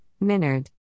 Minard